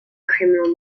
criminal